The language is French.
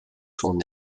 son